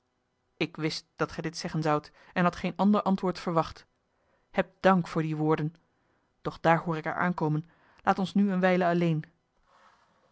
ik wist dat ge dit zeggen zoudt en had geen ander antwoord verwacht heb dank voor die woorden doch daar hoor ik haar aankomen laat ons nu eene wijle alleen